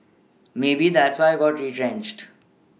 maybe that's why I got retrenched